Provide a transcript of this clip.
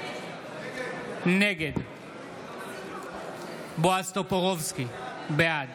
נגד בועז טופורובסקי, בעד